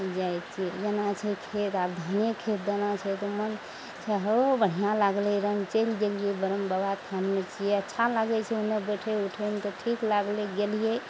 जाइ छियै जेना छै खेत आब धिये खेत देना छै तऽ मन छै हो बढ़िआँ लागलइ रङ्ग चलि गेलियइ ब्रम्ह बाबा थानमे छियै अच्छा लागय छै ओन्ने बैठय उठयमे तऽ ठीक लागलइ गेलियै